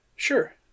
Sure